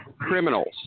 criminals